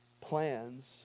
Plans